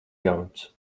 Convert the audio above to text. jauns